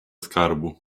skarbu